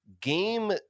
game